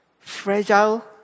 fragile